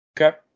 Okay